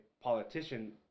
politician